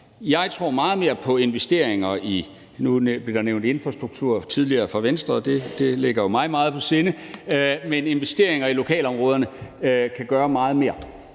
Jeg tror meget mere på investeringer, og nu blev der tidligere fra Venstres side nævnt infrastruktur, og det ligger mig meget på sinde, men altså, investeringer i lokalområderne kan gøre meget mere.